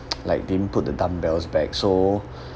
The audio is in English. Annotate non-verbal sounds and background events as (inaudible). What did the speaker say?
(noise) like didn't put the dumbbells back so